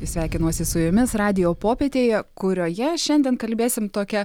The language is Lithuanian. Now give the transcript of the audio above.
sveikinuosi su jumis radijo popietėje kurioje šiandien kalbėsim tokia